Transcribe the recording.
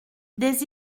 des